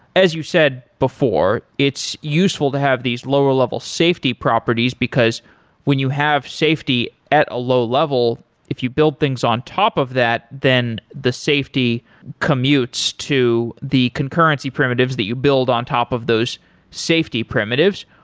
as you said, before, it's useful to have these lower level safety properties because when you have safety at a low level if you build things on top of that then the safety commutes to the concurrency primitives that you build on top of those safety primitives.